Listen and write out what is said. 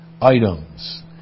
items